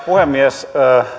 puhemies